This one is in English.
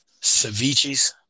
Ceviches